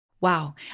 Wow